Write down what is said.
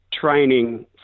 training